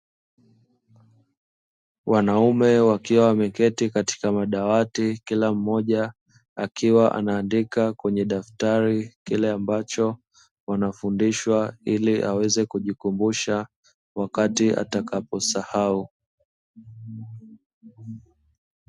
Wanaume wakiwa wameketi katika madawati kila mmoja akiwa anaandika kwenye daftari kile ambacho wanafundishwa, ili aweze kujikumbusha wakati atakaposahau.